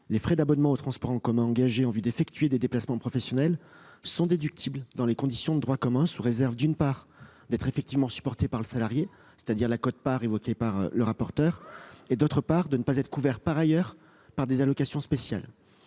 Les frais d'abonnement aux transports en commun engagés en vue d'effectuer des déplacements professionnels sont déductibles dans les conditions de droit commun, sous réserve, d'une part, d'être effectivement supportés par le salarié- c'est-à-dire la quote-part évoquée par le rapporteur -et, d'autre part, de ne pas être couverts par ailleurs par des allocations spéciales.